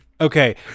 Okay